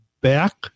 back